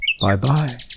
Bye-bye